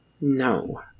No